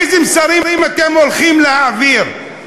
איזה שרים אתם הולכים להעביר?